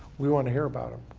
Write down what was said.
we want to hear about them.